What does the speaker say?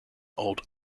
old